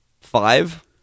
five